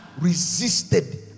resisted